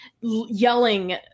yelling